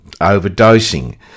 overdosing